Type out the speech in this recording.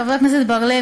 חבר הכנסת בר-לב,